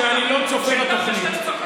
שאני לא צופה בתוכנית.